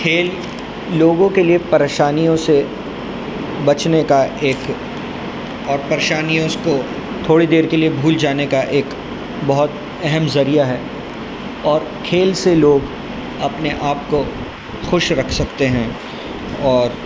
کھیل لوگوں کے لیے پریشانیوں سے بچنے کا ایک اور پریشانیوں اس کو تھوڑی دیر کے لیے بھول جانے کا ایک بہت اہم ذریعہ ہے اور کھیل سے لوگ اپنے آپ کو خوش رکھ سکتے ہیں اور